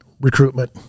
Recruitment